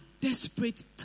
desperate